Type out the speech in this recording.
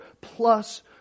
plus